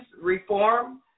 reform